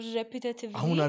repetitively